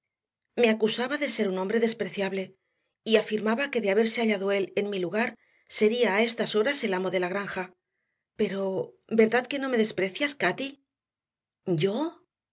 me acusaba de ser un hombre despreciable y afirmaba que de haberse hallado él en mi lugar sería a estas horas el amo de la granja pero verdad que no me desprecias cati